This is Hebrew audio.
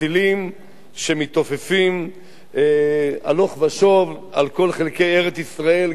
טילים שמתעופפים הלוך ושוב על כל חלקי ארץ-ישראל,